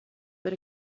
but